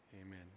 amen